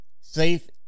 Safe